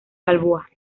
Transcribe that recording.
balboa